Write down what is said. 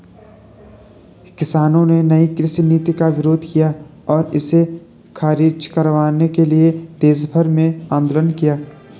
किसानों ने नयी कृषि नीति का विरोध किया और इसे ख़ारिज करवाने के लिए देशभर में आन्दोलन किया